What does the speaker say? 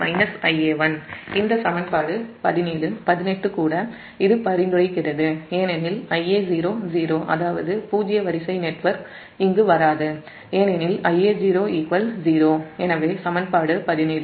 18ம் சமன்பாடு கூட இது பரிந்துரைக்கிறது ஏனெனில் Ia0 0 அதாவது பூஜ்ஜியம் வரிசை நெட்வொர்க் இங்கு வராது ஏனெனில் Ia0 0